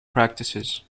practices